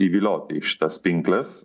įvilioti į šitas pinkles